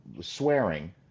swearing